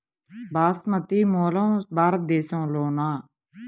బాస్మతి మూలం భారతదేశంలోనా?